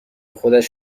خودش